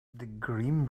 grim